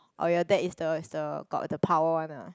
oh ya that is the is the got the power one ah